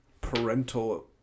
parental